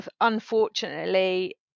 unfortunately